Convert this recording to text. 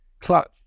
Clutch